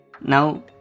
Now